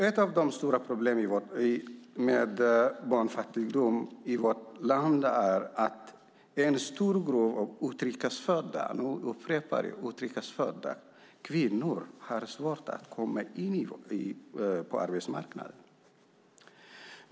Ett av de stora problemen med barnfattigdomen i vårt land är att en stor grupp utrikesfödda kvinnor har svårt att komma in på arbetsmarknaden.